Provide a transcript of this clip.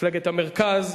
מפלגת המרכז,